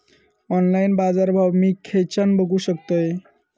Online बाजारभाव मी खेच्यान बघू शकतय?